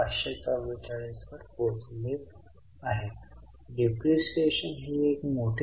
आपण येथे पी आणि एल मध्ये पाहू शकता की प्रदान केलेला कर 6000 होता